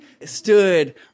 stood